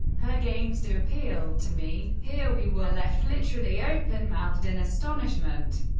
her games do appeal to me here we were left literally open-mouthed in astonishment.